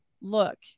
look